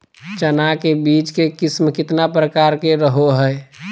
चना के बीज के किस्म कितना प्रकार के रहो हय?